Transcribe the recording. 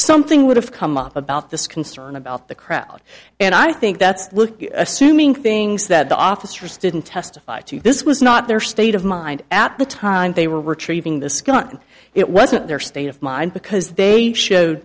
something would have come up about this concern about the crash and i think that's assuming things that the officers didn't testify to this was not their state of mind at the time they were retrieving this gun it wasn't their state of mind because they showed